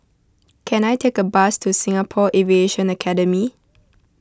can I take a bus to Singapore Aviation Academy